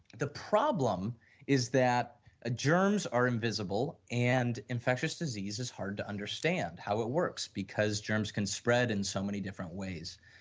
the problem is that ah germs are invisible and infectious disease is hard to understand how it works, because germs can spread in so many different ways.